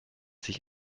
sich